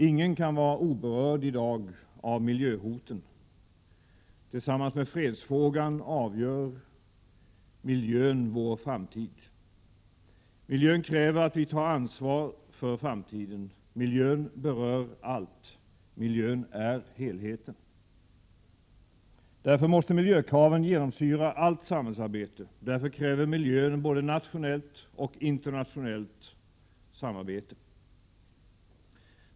Ingen kan vara oberörd av miljöhoten, tillsammans med fredsfrågan avgör miljön vår framtid. Miljön kräver att vi tar ansvar för framtiden. Miljön berör allt, miljön är helheten. Därför måste miljökraven genomsyra allt samhällsarbete. Därför kräver miljön både nationellt och internationellt samarbete.